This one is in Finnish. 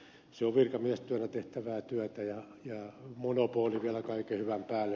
se on virkamiestyönä tehtävää työtä ja monopoli vielä kaiken hyvän päälle